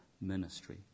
ministry